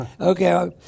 Okay